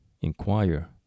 inquire